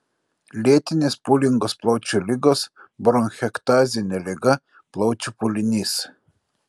lėtinės pūlingos plaučių ligos bronchektazinė liga plaučių pūlinys